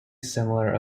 similar